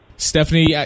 Stephanie